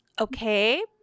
Okay